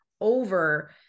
over